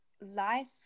life